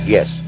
Yes